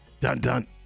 dun-dun